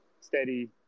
Steady